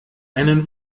einen